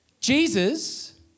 Jesus